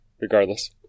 regardless